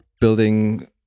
building